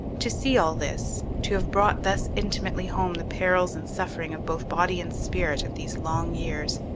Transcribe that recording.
to see all this, to have brought thus intimately home the perils and sufferings of both body and spirit of these long years,